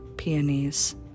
peonies